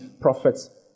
prophets